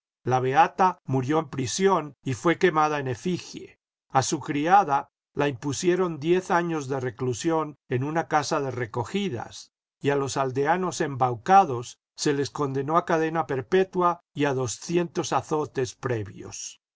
la beata murió en prisión y fué quemada en efigie a su criada la impusieron diez años de reclusión en una casa de recogidas y a los aldeanos embaucados se les condenó a cadena perpetua y a doscientos azotes previos